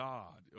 God